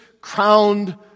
crowned